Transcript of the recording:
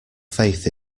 faith